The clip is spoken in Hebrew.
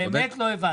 באמת לא הבנתי.